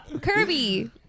kirby